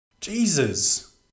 Jesus